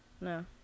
No